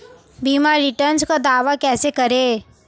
बीमा रिटर्न का दावा कैसे करें?